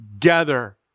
together